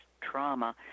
trauma